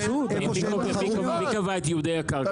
מי קבע את ייעודי הקרקע שם?